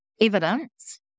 evidence